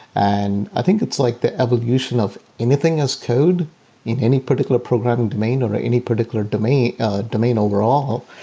and i think it's like the evolution of anything is code in any particular programming domain or any particular domain ah domain overall.